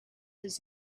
his